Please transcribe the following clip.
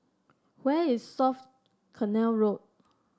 where is South Canal Road